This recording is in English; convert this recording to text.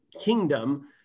kingdom